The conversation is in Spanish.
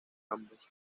ambos